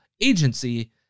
agency